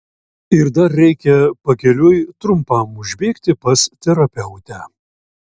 ir dar reikia pakeliui trumpam užbėgti pas terapeutę